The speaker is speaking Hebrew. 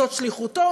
זו שליחותו,